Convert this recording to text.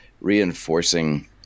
reinforcing